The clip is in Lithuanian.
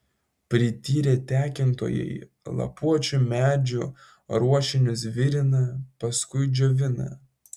prityrę tekintojai lapuočių medžių ruošinius virina paskui džiovina